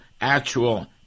actual